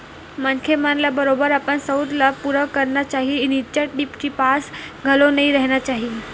मनखे मन ल बरोबर अपन सउख ल पुरा करना चाही निच्चट चिपास घलो नइ रहिना चाही